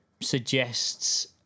suggests